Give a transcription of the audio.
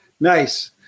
Nice